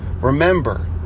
remember